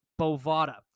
bovada